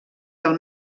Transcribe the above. del